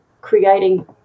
creating